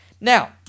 Now